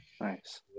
Nice